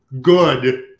good